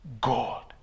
God